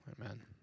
Amen